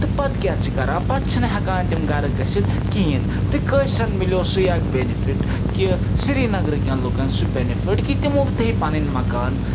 تہٕ پَتہٕ کیٛاہ چھِ کران پَتہٕ چھِنہٕ ہٮ۪کان تِم گَرٕ گٔژھِتھ کِہیٖنۍ تہِ کٲشِرٮ۪ن مِلیو سُے اَکھ بیٚنِفِٹ کہِ سریٖنگرٕکٮ۪ن لُکَن سُہ بیٚنِفِٹ کہِ تِمو تھٲوۍ پَنٕنۍ مکان